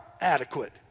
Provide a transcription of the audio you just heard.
adequate